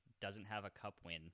doesn't-have-a-cup-win